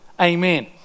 Amen